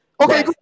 Okay